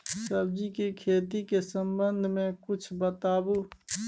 सब्जी के खेती के संबंध मे किछ बताबू?